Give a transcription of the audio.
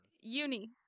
Uni